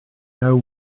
know